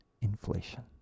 inflation